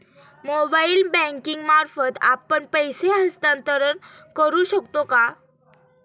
Mobile banking मार्फत आपण पैसे हस्तांतरण करू शकतो का?